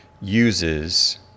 uses